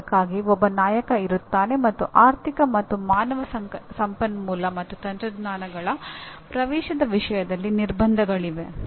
ಅದಕ್ಕಾಗಿ ಒಬ್ಬ ನಾಯಕ ಇರುತ್ತಾನೆ ಮತ್ತು ಆರ್ಥಿಕ ಮತ್ತು ಮಾನವ ಸಂಪನ್ಮೂಲ ಮತ್ತು ತಂತ್ರಜ್ಞಾನಗಳ ಪ್ರವೇಶದ ವಿಷಯದಲ್ಲಿ ನಿರ್ಬಂಧಗಳಿವೆ